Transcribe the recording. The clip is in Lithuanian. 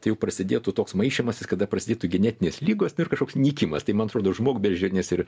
tai jau prasidėtų toks maišymasis kada prasidėtų genetinės ligos ir kažkoks nykimas tai man atrodo žmogbeždžionės ir